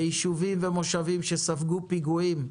ביישובים ומושבים שספגו פיגועים,